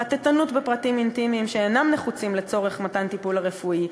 חטטנות בפרטים אינטימיים שאינם נחוצים לצורך מתן הטיפול הרפואי,